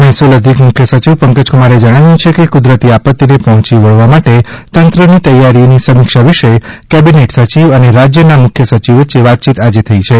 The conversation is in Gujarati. મહેસૂલ અધિક મુખ્ય સચિવ પંકજ કુમારે જણાવ્યું છે કે કુદરતી આપત્તિને પહોંચી વળવા માટે તંત્રની તૈયારીની સમીક્ષા વિશે કેબિનેટ સચિવ અને રાજ્યના મુખ્ય સચિવ વચ્ચે વાતચીત આજે થઇ છે